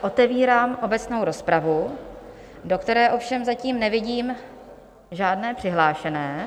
Otevírám obecnou rozpravu, do které ovšem zatím nevidím žádné přihlášené.